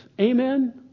Amen